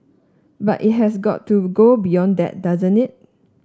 but it has got to go beyond that doesn't it